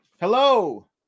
hello